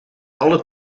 alle